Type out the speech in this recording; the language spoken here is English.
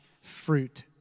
fruit